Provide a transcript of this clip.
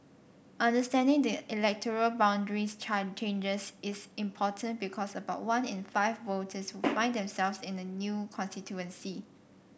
understanding the electoral boundaries changes is important because about one in five voters will find themselves in a new constituency